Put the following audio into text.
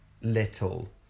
little